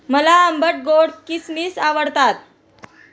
मला आंबट गोड किसमिस आवडतात